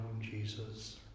Jesus